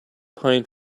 pine